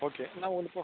okay நான் உங்களுக்கு